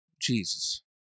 Jesus